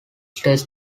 states